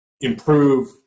improve